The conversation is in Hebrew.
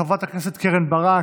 חברת הכנסת קרן ברק,